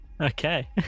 Okay